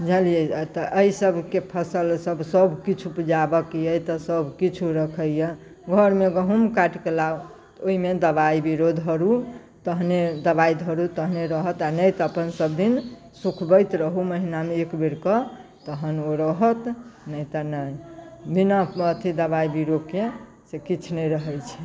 बूझलियै तऽ एहि सभके फसल सभ किछु उपजाबके अछि तऽ सभ किछु रखैया घरमे गहूँम काटके लाउ ओहिमे दवाइ बीरो धरू तहने दवाइ धरू तहने रहत आ नहि तऽ अपन सभ दिन सुखबैत रहू महिनामे एक बेर कऽ तहन ओ रहत नहि तऽ नहि बिना अथि दवाइ बीरोके से किछु नहि रहैत छै